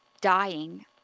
dying